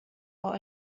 are